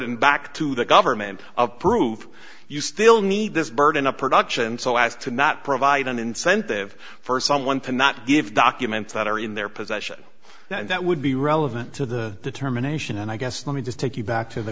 n back to the government of prove you still need this burden of production so as to not provide an incentive for someone to not give documents that are in their possession that would be relevant to the determination and i guess let me just take you back to the